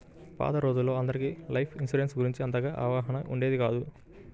పాత రోజుల్లో అందరికీ లైఫ్ ఇన్సూరెన్స్ గురించి అంతగా అవగాహన ఉండేది కాదు